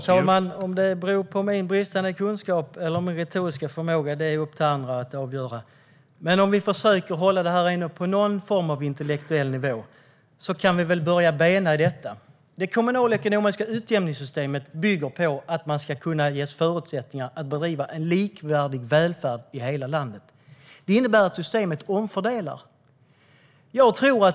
Herr talman! Om det beror på min bristande kunskap eller på min retoriska förmåga är upp till andra att avgöra. Men om vi försöker hålla detta på någon form av intellektuell nivå kan vi väl börja bena ut detta. Det kommunalekonomiska utjämningssystemet bygger på att man ska ges förutsättningar att bedriva en likvärdig välfärd i hela landet. Det innebär att systemet omfördelar.